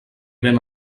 ben